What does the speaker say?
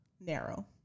narrow